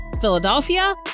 Philadelphia